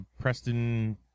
Preston